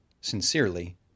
Sincerely